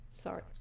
Sorry